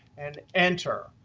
and enter.